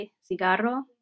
cigarro